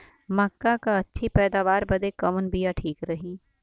मक्का क अच्छी पैदावार बदे कवन बिया ठीक रही?